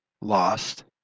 lost